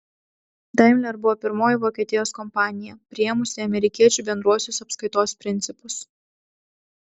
daimler buvo pirmoji vokietijos kompanija priėmusi amerikiečių bendruosius apskaitos principus